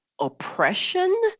oppression